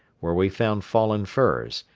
where we found fallen firs,